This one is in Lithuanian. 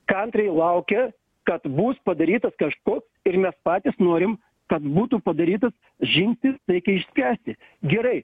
kantriai laukia kad bus padarytas kažko ir mes patys norim kad būtų padarytas žingsnis taikiai išspręsti gerai